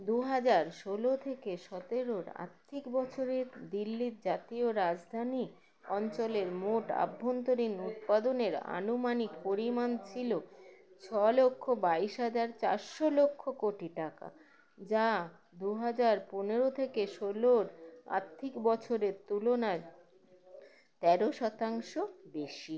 দু হাজার ষোলো থেকে সতেরোর আর্থিক বছরে দিল্লির জাতীয় রাজধানী অঞ্চলের মোট আভ্যন্তরীণ উৎপাদনের আনুমানিক পরিমাণ ছিলো ছ লক্ষ বাইশ হাজার চারশো লক্ষ কোটি টাকা যা দু হাজার পনেরো থেকে ষোলোর আর্থিক বছরের তুলনায় তেরো শতাংশ বেশি